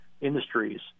industries